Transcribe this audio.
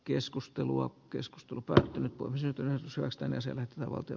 keskustelua keskustelu päättynyt pohjatyö säästämisellä valtio